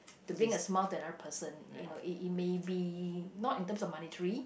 to bring a smile to another person you know it it may be not in terms of money tree